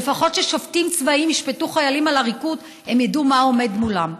לפחות כששופטים צבאיים ישפטו חיילים על עריקות הם ידעו מה עומד מולם.